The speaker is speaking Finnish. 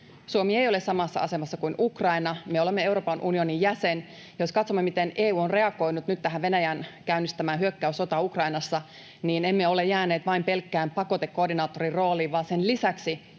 Suomi ei ole samassa asemassa kuin Ukraina. Me olemme Euroopan unionin jäsen. Jos katsomme, miten EU on reagoinut nyt tähän Venäjän käynnistämään hyökkäyssotaan Ukrainassa, niin emme ole jääneet vain pelkkään pakotekoordinaattorin rooliin, vaan sen lisäksi,